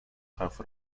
have